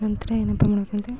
ನಂತರ ಏನಪ್ಪ ಮಾಡಬೇಕಂದ್ರೆ